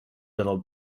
little